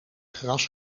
gras